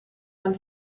van